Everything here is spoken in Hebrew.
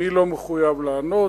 אני לא מחויב לענות,